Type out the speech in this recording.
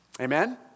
amen